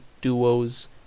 duos